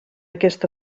aquest